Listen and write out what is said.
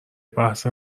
بحث